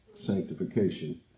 sanctification